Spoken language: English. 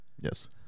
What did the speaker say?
Yes